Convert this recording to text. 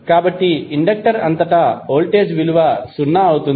కాబట్టి ఇండక్టర్ అంతటా వోల్టేజ్ విలువ సున్నా అవుతుంది